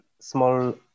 small